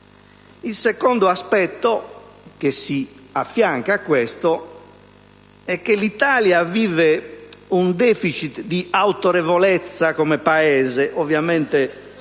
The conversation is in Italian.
Il secondo aspetto, che si affianca a questo, è che l'Italia vive un *deficit* di autorevolezza come Paese; *deficit*